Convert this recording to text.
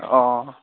অঁ